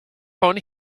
phone